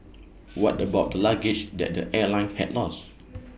what about the luggage that the airline had lost